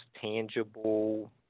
tangible